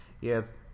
Yes